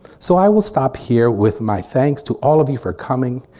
so i will stop here with my thanks to all of you for coming,